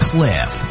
Cliff